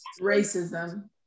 Racism